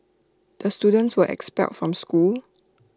the students were expelled from school